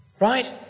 right